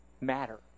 matter